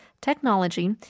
technology